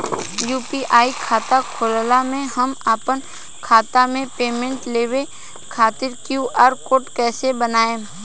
UPI खाता होखला मे हम आपन खाता मे पेमेंट लेवे खातिर क्यू.आर कोड कइसे बनाएम?